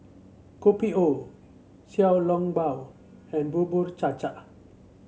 Kopi O Xiao Long Bao and Bubur Cha Cha